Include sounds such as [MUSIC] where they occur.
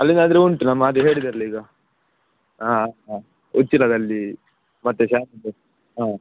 ಅಲ್ಲಿಂದಾದರೆ ಉಂಟು ನಮ್ಮ ಅದೇ ಹೇಳಿದ್ದಲ್ಲ ಈಗ ಹಾಂ ಹಾಂ ಉಚ್ಚಿಲದಲ್ಲಿ ಮತ್ತು [UNINTELLIGIBLE] ಹಾಂ